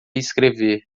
escrever